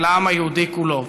ולעם היהודי כולו.